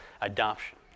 adoption